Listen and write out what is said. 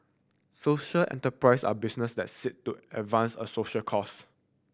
social enterprise are business that seek to advance a social cause